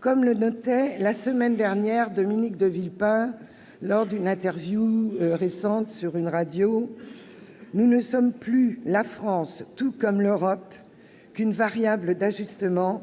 Comme le notait la semaine dernière Dominique de Villepin à l'occasion d'un entretien à la radio :« Nous ne sommes plus, la France, tout comme l'Europe, qu'une variable d'ajustement,